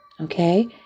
okay